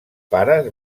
pares